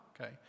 okay